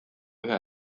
ühe